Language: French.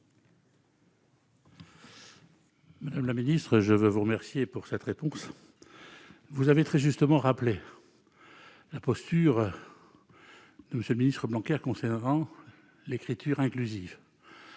Madame la ministre, je veux vous remercier pour cette réponse, vous avez très justement rappelé la posture Monsieur le Ministre bancaires concernant l'écriture inclusive